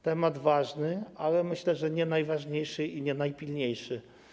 Temat jest ważny, ale myślę, że nie najważniejszy i nie najpilniejszy.